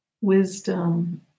wisdom